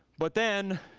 but then